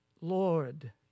Lord